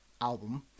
album